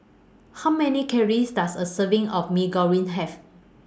How Many Calories Does A Serving of Mee Goreng Have